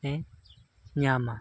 ᱦᱮᱸ ᱧᱟᱢᱟ